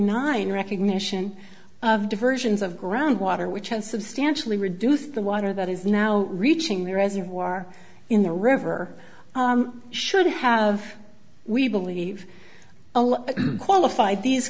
nine recognition of diversions of ground water which can substantially reduce the water that is now reaching the reservoir in the river should have we believe qualify these